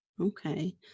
Okay